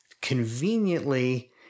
conveniently